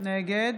נגד